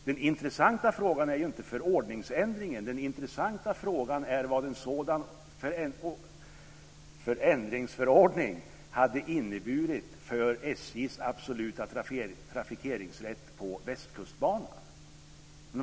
Den intressanta frågan är dock inte förordningsändringen, utan den intressanta frågan är vad en sådan förändringsförordning skulle ha inneburit för SJ:s absoluta trafikeringsrätt på Västkustbanan.